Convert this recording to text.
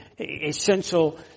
essential